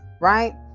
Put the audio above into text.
Right